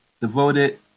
devoted